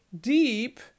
deep